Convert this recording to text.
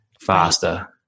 faster